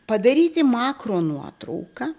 padaryti makro nuotrauką